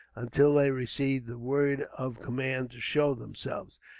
until they received the word of command to show themselves.